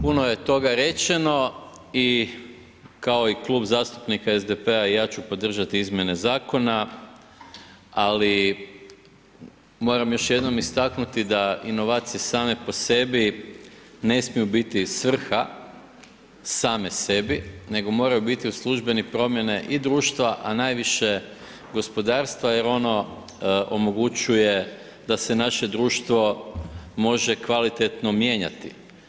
Puno je toga rečeno i kao i Klub zastupnika SDP-a i ja ću podržati izmjene zakona, ali moram još jednom istaknuti da inovacije same po sebi ne smiju biti svrha same sebi nego moraju biti u službene promjene i društva a najviše gospodarstva jer ono omogućuje da se naše društvo može kvalitetno mijenjati.